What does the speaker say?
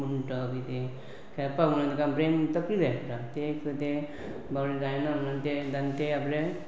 उंट बी तें खेळपाक म्हणोन तेका ब्रेन तकली जाय पडटा तें तें बावडे जायना म्हणोन ते ते आपले